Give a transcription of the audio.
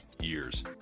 years